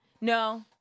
No